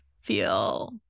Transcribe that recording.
feel